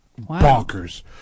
bonkers